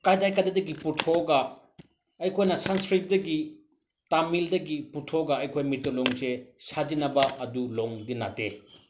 ꯀꯗꯥꯏ ꯀꯗꯥꯏꯗꯒꯤ ꯄꯨꯊꯣꯛꯑꯒ ꯑꯩꯈꯣꯏꯅ ꯁꯪꯁꯀ꯭ꯔꯤꯠꯇꯒꯤ ꯇꯥꯃꯤꯜꯗꯒꯤ ꯄꯨꯊꯣꯛꯑꯒ ꯑꯩꯈꯣꯏ ꯃꯤꯇꯩꯂꯣꯟꯁꯦ ꯁꯥꯖꯤꯟꯅꯕ ꯑꯗꯨ ꯂꯣꯟꯗꯤ ꯅꯠꯇꯦ